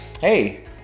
Hey